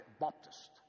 Baptist